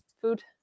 food